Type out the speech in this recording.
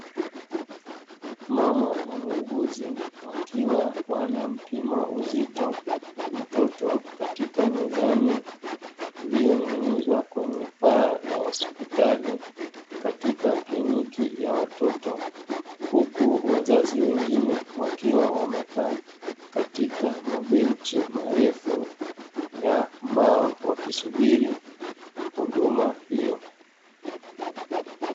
Mama na muuguzi wakiwa wanampima uzito mtoto katika mizani iliyoning'inizwa kwenye paa la hospitali, katika kliniki ya watoto. Huku wazazi wengine wakiwa wamekaa katika mabenchi marefu ya mbao, wakisubiri huduma hiyo.